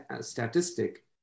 statistic